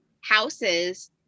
houses